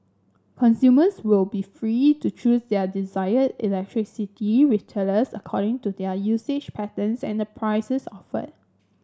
consumers will be free to choose their desired electricity retailers according to their usage patterns and the prices offered